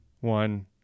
one